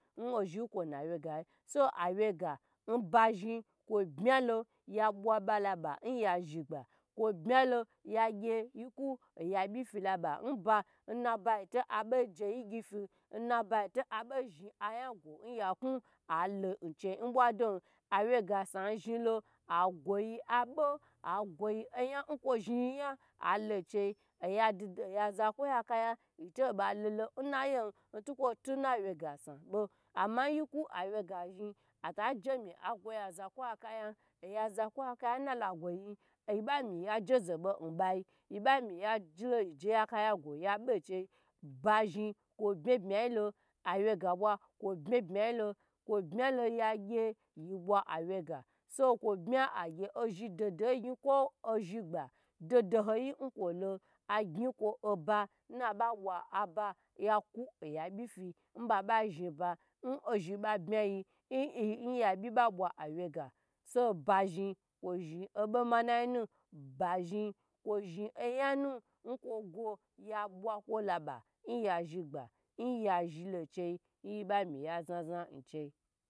N ozhi kwo na wye gai so awega nba zhi kwo bye lo ya bwa ba la ba oya zhigba kwo bmi lo yagyi yiku ya byi filabe nba tona bo jeyi gyifi nnabayai to nabo zha yago nya knu alo ncheyi n bwa don awy ga san zhilo agwo yi abo agwo yi oya kwo zhiyi yan alo cheyi oyadida aya zakwoyi akaya yito balolo nnayi an ntukwo ho na wyega san bo ama nyikwo awy ga zhi ata jemi agwo ya zakwoyi akayan oya zakwo yi akaya nalo gwoyi aba mi aje zeba nbayi yiba miyalo yi je ya kaya go ya je ze be nbayi yi ba mi yi je ya ka ya go ya be che ba zhi kwo bma bmi yilo awy ga bwo kwo bmi bmo yi lo kwo bmilo yagy yi bwa awego so kwo bmi agye ozhi dodo gyi kwo ozhi gba nkwolo agyn kwo oba nna ba bwa oba ya ku oya byi fi n baba zhi ba nozhi ba bmiyi nyabi ba bwa awye ga so ba zhi kwa zhi obo manayi nu ba zhi kwo zhi oya nu kwo go ya bwa kwo laba nya zhi gba nya zhi lochei nti ba mi yi za za n ohi